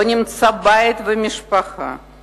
לא נמצא בית ומשפחה